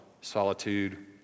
solitude